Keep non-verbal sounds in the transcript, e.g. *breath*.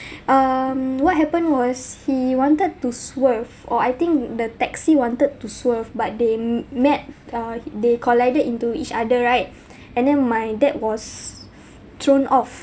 *breath* um what happened was he wanted to swerve or I think the taxi wanted to swerve but they met uh they collided into each other right *breath* and then my dad was thrown off